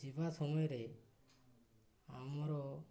ଯିବା ସମୟରେ ଆମର